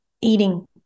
eating